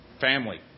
Family